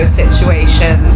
situation